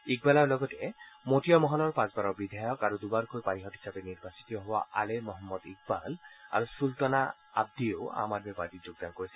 ইকবালৰ লগতে মোতিয়ামহলৰ পাঁচবাৰৰ বিধায়ক আৰু দুবাৰকৈ পাৰিষদ হিচাপে নিৰ্বাচিত হোৱা আলে মহম্মদ ইকবাল আৰু চুলতানা আব্দীয়েও আম আদমী পাৰ্টীত যোগদান কৰিছে